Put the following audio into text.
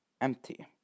empty